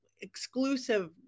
exclusive